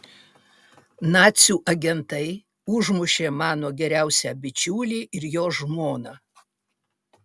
nacių agentai užmušė mano geriausią bičiulį ir jo žmoną